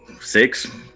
Six